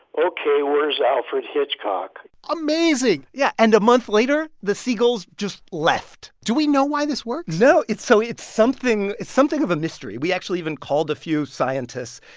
ok. where's alfred hitchcock amazing yeah. and a month later, the seagulls just left do we know why this works? no, it's so it's something it's something of a mystery. we actually even called a few scientists.